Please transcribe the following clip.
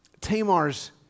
Tamar's